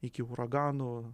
iki uraganų